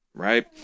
Right